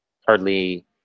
hardly